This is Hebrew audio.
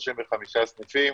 35 סניפים,